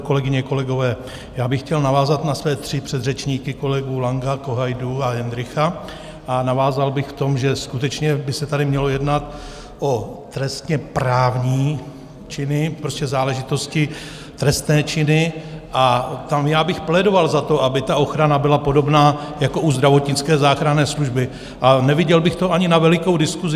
Kolegyně, kolegové, já bych chtěl navázat na své tři předřečníky kolegy Langa, Kohajdu a Hendrycha a navázal bych v tom, že skutečně by se tady mělo jednat o trestněprávní činy, prostě záležitosti, trestné činy, a tam bych plédoval za to, aby ochrana byla podobná jako u zdravotnické záchranné služby, a neviděl bych to ani na velikou diskusi.